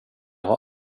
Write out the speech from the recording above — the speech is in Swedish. har